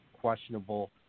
questionable